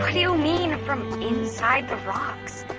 um do you mean from inside the rocks?